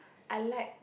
I like